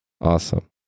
Awesome